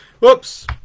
whoops